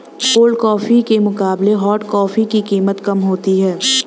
cold coffee के मुकाबले hot coffee की कीमत कम होती है